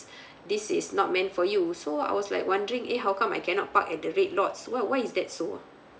this is not meant for you so I was like wondering eh how come I cannot park at the red lots why why is that's so ah